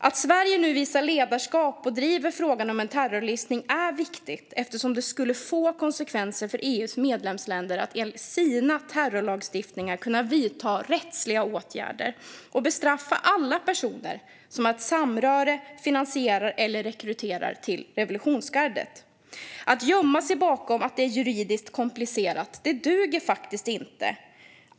Att Sverige visar ledarskap och driver frågan om en terrorlistning till beslut är viktigt eftersom EU:s medlemsländer då skulle kunna vidta rättsliga åtgärder genom sina terrorlagstiftningar och bestraffa alla personer som har samröre med, finansierar eller rekryterar till revolutionsgardet. Att gömma sig bakom att det är juridiskt komplicerat duger inte.